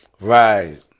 Right